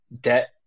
debt